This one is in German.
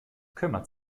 kümmert